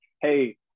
Hey